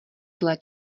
zlé